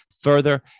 further